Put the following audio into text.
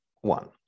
one